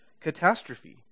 catastrophe